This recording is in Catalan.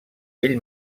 ell